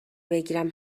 بگیرم